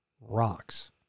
rocks